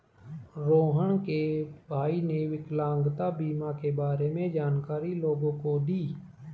रोहण के भाई ने विकलांगता बीमा के बारे में जानकारी लोगों को दी